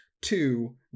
two